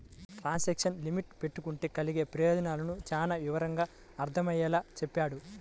transaction limit పెట్టుకుంటే కలిగే ప్రయోజనాలను చానా వివరంగా అర్థమయ్యేలా చెప్పాడు